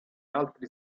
altri